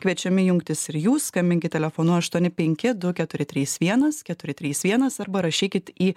kviečiami jungtis ir jūs skambinkit telefonu aštuoni penki du keturi trys vienas keturi trys vienas arba rašykit į